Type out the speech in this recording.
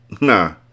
Nah